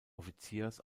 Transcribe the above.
offiziers